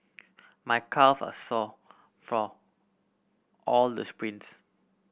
my calve are sore for all the sprints